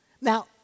Now